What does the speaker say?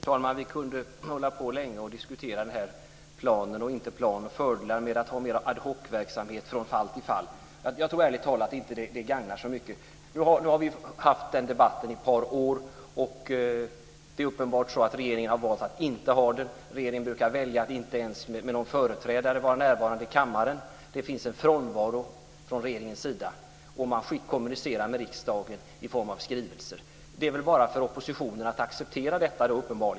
Fru talman! Vi kunde hålla på länge och diskutera plan eller inte plan och fördelar med att ha mer ad hoc-verksamhet från fall till fall. Jag tror ärligt talat att den diskussionen inte gagnar debatten så mycket. Vi har haft den debatten i ett par år. Det är uppenbart så att regeringen har valt att inte ha en plan. Regeringen brukar välja att inte ens vara närvarande med någon företrädare i kammaren. Det finns en frånvaro från regeringens sida. Kommunikationen med riksdagen sker i form av skrivelser. Det är uppenbarligen bara för oppositionen att acceptera detta.